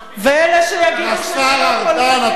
ואלה שיגידו שזה לא פוליטי,